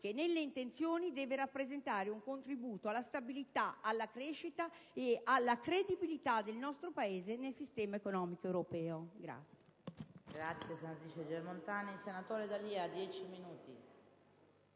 che nelle intenzioni deve rappresentare un contributo alla stabilità, alla crescita ed alla credibilità del nostro Paese nel sistema economico europeo.